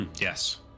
yes